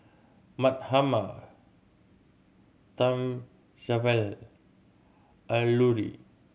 Mahatma Alluri